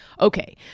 okay